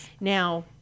now